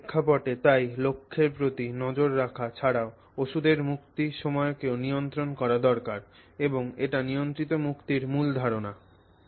একই প্রেক্ষাপটে তাই লক্ষ্যের প্রতি নজর রাখা ছাড়াও ওষুধের মুক্তি সময়কেও নিয়ন্ত্রণ করা দরকার এবং এটি নিয়ন্ত্রিত মুক্তির মূল ধারণা